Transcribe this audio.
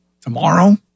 Tomorrow